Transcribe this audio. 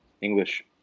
English